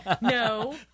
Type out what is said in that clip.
No